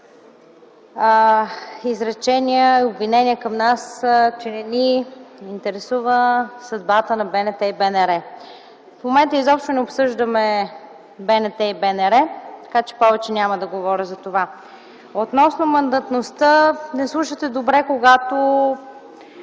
изречения, обвинения към нас, че не ни интересува съдбата на БНТ и БНР. В момента изобщо не обсъждаме БНТ и БНР, така че повече няма да говоря за това. Относно мандатността, не слушате добре, когато